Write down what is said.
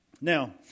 Now